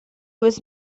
was